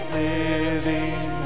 living